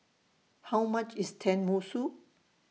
How much IS Tenmusu